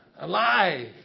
Alive